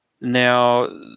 Now